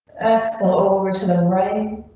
axel over to the and right.